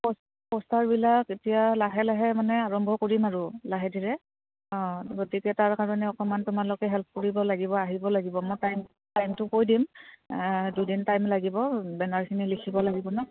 পোষ্টাৰবিলাক এতিয়া লাহে লাহে মানে আৰম্ভ কৰিম আৰু লাহে ধৰে অঁ গতিকে তাৰ কাৰণে অকণমান তোমালোকে হেল্প কৰিব লাগিব আহিব লাগিব মই টাইম টাইমটো কৈ দিম দুদিন টাইম লাগিব বেনাৰখিনি লিখিব লাগিব ন